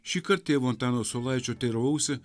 šįkart tėvo antano saulaičio teiravausi